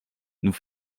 nous